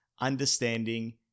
understanding